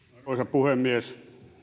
puhemies